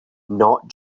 not